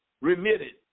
Remitted